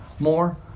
more